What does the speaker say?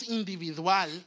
individual